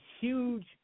huge